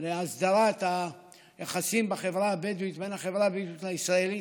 להסדרת היחסים בין החברה הבדואית לחברה הישראלית.